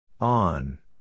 On